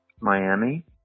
Miami